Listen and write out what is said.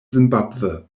zimbabwe